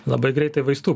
labai greitai vaistų